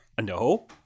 No